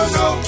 no